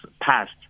passed